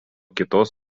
kitos